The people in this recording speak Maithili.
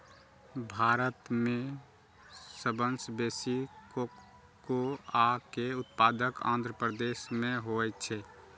भारत मे सबसं बेसी कोकोआ के उत्पादन आंध्र प्रदेश मे होइ छै